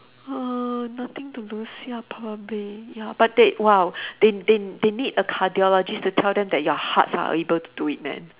uh nothing to lose ya probably ya but they !wow! they they they need a cardiologist to tell them that your hearts are able do to it man